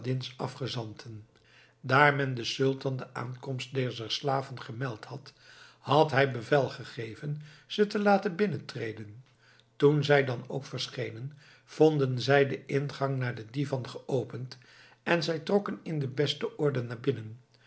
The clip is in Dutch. aladdin's afgezanten daar men den sultan de aankomst dezer slaven gemeld had had hij bevel gegeven ze te laten binnentreden toen zij dan ook verschenen vonden zij den ingang naar den divan geopend en zij trokken in de beste orde naar binnen